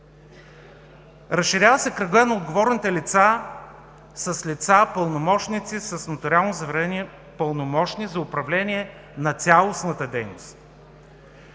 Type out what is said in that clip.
Разширява се кръгът на отговорните лица с лица, пълномощници с нотариално заверени пълномощни за управление на цялостната дейност.